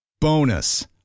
Bonus